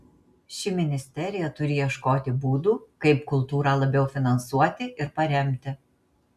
ši ministerija turi ieškoti būdų kaip kultūrą labiau finansuoti ir paremti